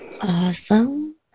Awesome